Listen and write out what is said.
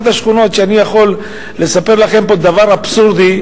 אחת השכונות, אני יכול לספר לכם פה דבר אבסורדי.